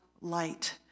light